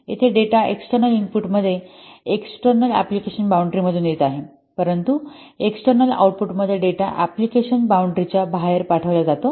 येथे data external input मध्ये external application boundary मधून येत आहे परंतु एक्सटर्नल आउटपुटमध्ये डेटा अँप्लिकेशन बॉउंडरीच्या बाहेर पाठविला जातो